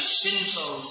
sinful